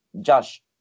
Josh